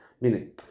meaning